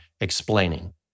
explaining